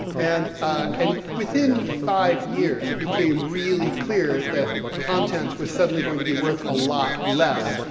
and and within five years it became really clear that content was suddenly going to be worth a lot less,